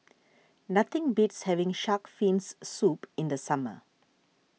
nothing beats having Shark's Fins Soup in the summer